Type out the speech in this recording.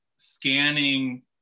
scanning